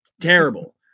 terrible